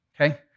Okay